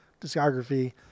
discography